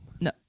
No